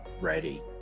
ready